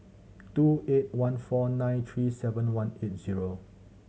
two eight one four nine three seven one eight zero